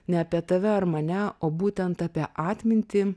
ne apie tave ar mane o būtent apie atmintį